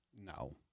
No